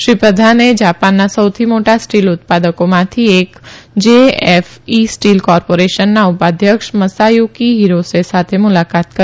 શ્રી પ્રધાને જાપાનના સૌથી મોટા સ્ટીલ ઉત્પાદકોમાંથી એક જેએફઇ સ્ટીલ કોર્પોરેશનના ઉપાધ્યક્ષ મસાયુકી હિરોસે સાથે મુલાકાત કરી